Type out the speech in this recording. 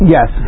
Yes